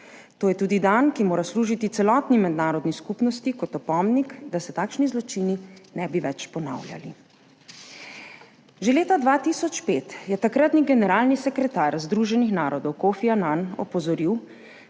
To je tudi dan, ki mora služiti celotni mednarodni skupnosti kot opomnik, da se takšni zločini ne bi več ponavljali. Že leta 2005 je takratni generalni sekretar Združenih narodov Kofi Anan opozoril,